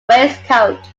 waistcoat